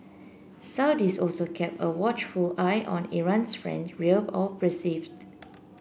Saudis also kept a watchful eye on Iran's friend real or perceived